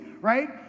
right